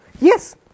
Yes